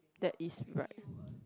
that is right